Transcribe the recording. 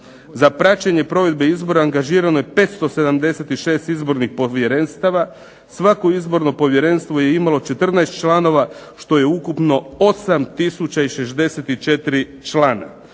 praćenje provedbe izbora angažirano je 576 izbornih povjerenstava, svako izborno povjerenstvo je imalo 14 članova što je ukupno 8 tisuća